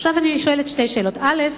עכשיו אני שואלת שתי שאלות: א.